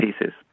pieces